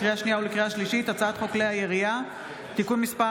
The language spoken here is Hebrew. לקריאה שנייה ולקריאה שלישית: הצעת חוק כלי הירייה (תיקון מס'